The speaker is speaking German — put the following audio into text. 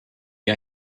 die